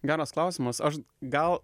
geras klausimas aš gal